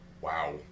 Wow